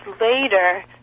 later